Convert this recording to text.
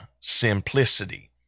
simplicity